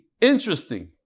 Interesting